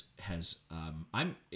has—I'm